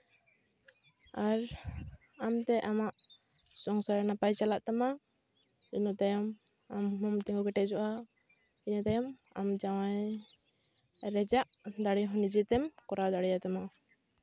ᱟᱨ ᱟᱢᱛᱮ ᱟᱢᱟᱜ ᱥᱚᱝᱥᱟᱨ ᱱᱟᱯᱟᱭ ᱪᱟᱞᱟᱜ ᱛᱟᱢᱟ ᱤᱱᱟᱹ ᱛᱟᱭᱚᱢ ᱟᱢ ᱦᱚᱸᱢ ᱛᱤᱸᱜᱩ ᱠᱮᱴᱮᱡᱚᱜᱼᱟ ᱤᱱᱟᱹ ᱛᱟᱭᱚᱢ ᱟᱢ ᱡᱟᱶᱟᱭ ᱨᱮᱡᱟᱜ ᱫᱟᱲᱮ ᱦᱚᱸ ᱱᱤᱡᱮᱛᱮᱢ ᱠᱚᱨᱟᱣ ᱫᱟᱲᱮᱭᱟᱛᱟᱢᱟ